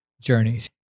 journeys